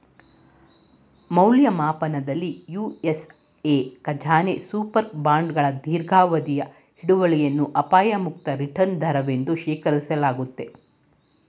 ಮೌಲ್ಯಮಾಪನದಲ್ಲಿ ಯು.ಎಸ್.ಎ ಖಜಾನೆ ಸೂಪರ್ ಬಾಂಡ್ಗಳ ದೀರ್ಘಾವಧಿಯ ಹಿಡುವಳಿಯನ್ನ ಅಪಾಯ ಮುಕ್ತ ರಿಟರ್ನ್ ದರವೆಂದು ಶೇಖರಿಸಲಾಗುತ್ತೆ